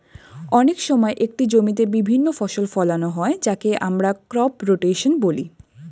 অনেক সময় একটি জমিতে বিভিন্ন ফসল ফোলানো হয় যাকে আমরা ক্রপ রোটেশন বলি